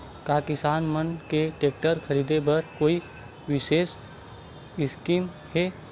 का किसान मन के टेक्टर ख़रीदे बर कोई विशेष स्कीम हे?